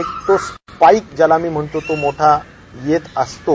एक स्पाईक ज्याला मी म्हणतो तो मोठा येत असतो